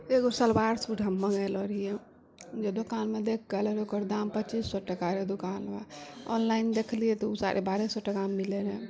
एकगो सलवार सूट हम मङ्गेले रहियै जे दोकानमे देखिके कहले रहे ओकर दाम पचीस सए टाका रहै ओ दोकानमे ऑनलाइन देखलिए तऽ ओ साढ़े बारह सए टाकामे मिलै रहै